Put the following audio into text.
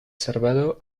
salvado